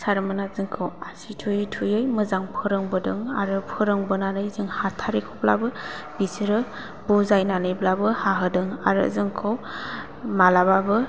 सारमोनहा जोंखौ आसि थुयै थुयै मोजां फोरोंबोदों आरो फोरोंबोनानै जों हाथारैखौब्लाबो बिसोरो बुजायनानैब्लाबो हाहोदों आरो जोंखौ मालाबाबो